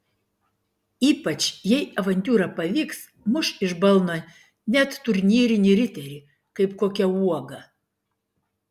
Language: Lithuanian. ypač jei avantiūra pavyks muš iš balno net turnyrinį riterį kaip kokią uogą